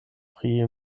pri